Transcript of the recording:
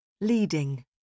Leading